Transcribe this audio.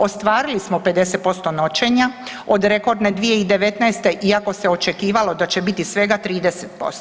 Ostvarili smo 50% noćenja od rekordne 2019. iako se očekivalo da će biti svega 30%